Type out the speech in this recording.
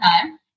time